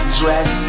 dress